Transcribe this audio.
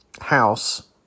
house